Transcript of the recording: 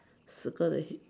circle it